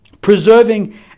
preserving